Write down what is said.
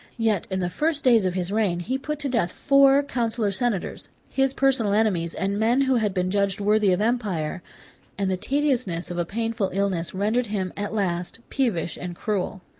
yet in the first days of his reign, he put to death four consular senators, his personal enemies, and men who had been judged worthy of empire and the tediousness of a painful illness rendered him, at last, peevish and cruel.